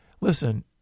Listen